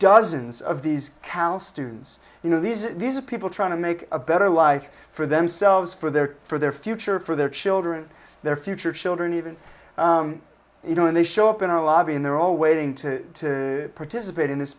dozens of these cal students you know these are these are people trying to make a better life for themselves for their for their future for their children their future children even you know and they show up in our lobby and they're all waiting to participate in this